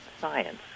Science